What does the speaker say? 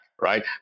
right